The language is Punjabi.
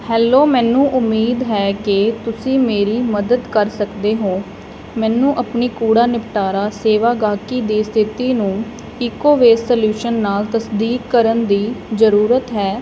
ਹੈਲੋ ਮੈਨੂੰ ਉਮੀਦ ਹੈ ਕਿ ਤੁਸੀਂ ਮੇਰੀ ਮਦਦ ਕਰ ਸਕਦੇ ਹੋ ਮੈਨੂੰ ਆਪਣੀ ਕੂੜਾ ਨਿਪਟਾਰਾ ਸੇਵਾ ਗਾਹਕੀ ਦੀ ਸਥਿਤੀ ਨੂੰ ਇਕੋ ਵੇਸਟ ਸਲਊਸ਼ਨ ਨਾਲ ਤਸਦੀਕ ਕਰਨ ਦੀ ਜ਼ਰੂਰਤ ਹੈ